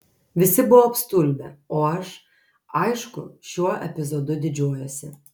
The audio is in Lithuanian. visi buvo apstulbę o aš aišku šiuo epizodu didžiuojuosi